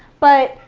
but